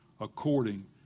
according